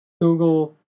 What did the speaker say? Google